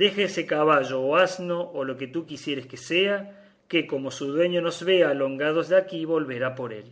deja ese caballo o asno o lo que tú quisieres que sea que como su dueño nos vea alongados de aquí volverá por él